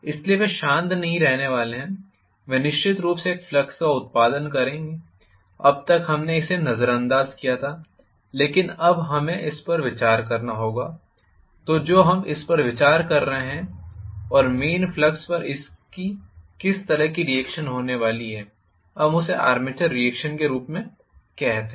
इसलिए वे शांत रहने वाले नहीं हैं वे निश्चित रूप से एक फ्लक्स का उत्पादन करेंगे अब तक हमने इसे नजरअंदाज किया था लेकिन अब हमें इस पर विचार करना होगा तो जब हम इस पर विचार कर रहे हैं और मेन फ्लक्स पर इसकी किस तरह की रीएक्शन होने वाली है हम उसे आर्मेचर रीएक्शन के रूप में कहते हैं